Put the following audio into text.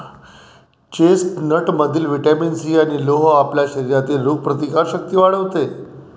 चेस्टनटमधील vitamin C आणि लोह आपल्या शरीरातील रोगप्रतिकारक शक्ती वाढवते